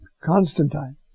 Constantine